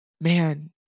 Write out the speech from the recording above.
man